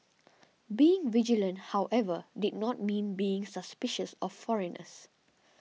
being vigilant however did not mean being suspicious of foreigners